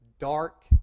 Dark